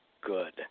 good